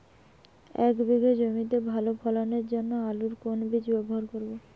এক বিঘে জমিতে ভালো ফলনের জন্য আলুর কোন বীজ ব্যবহার করব?